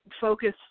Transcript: focus